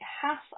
half